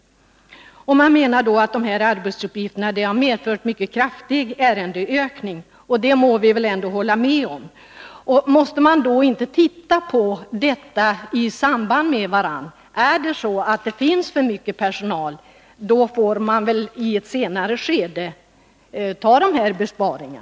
De försäkringsanställda menar att dessa arbetsuppgifter har medfört en mycket kraftig ökning av antalet ärenden, och det må vi väl ändå hålla med om. Måste man då inte ta hänsyn till detta i samband med bedömningen av personalbehovet? Är det så att det finns för mycket personal, får man väl i ett senare skede göra dessa besparingar.